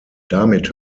damit